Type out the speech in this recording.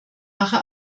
mache